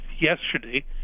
yesterday